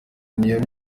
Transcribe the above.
n’iyo